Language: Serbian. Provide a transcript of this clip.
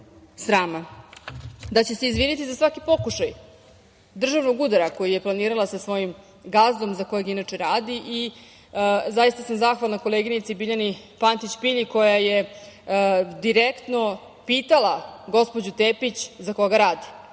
Da će se izviniti za svaki pokušaj državnog udara koji je planirala sa svojim gazdom za kojeg inače radi. Zaista sam zahvalna koleginici Biljani Pantić Pilji koja je direktno pitala gospođu Tepić za koga radi.